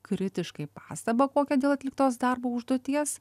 kritiškai pastabą kokią dėl atliktos darbo užduoties